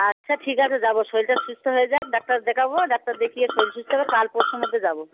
আচ্ছা ঠিক আছে যাবো শরিরটা সুস্থ হয়ে যাক ডাক্তার দেখাবো ডাক্তার দেখিয়ে শরির সুস্থ হলে কাল পরশুর মধ্যে যাবো